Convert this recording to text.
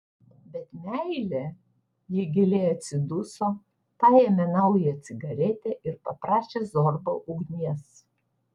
bet meilė ji giliai atsiduso paėmė naują cigaretę ir paprašė zorbą ugnies